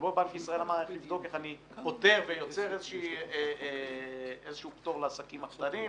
שבו בנק ישראל אמר איך הוא פותר ויוצר איזשהו פטור לעסקים הקטנים.